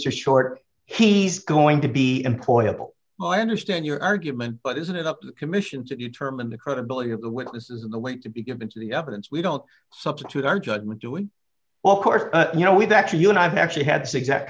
short he's going to be employable oh i understand your argument but isn't it up to commission to determine the credibility of the witnesses the weight to be given to the evidence we don't substitute our judgment doing well of course you know we've actually you and i've actually had s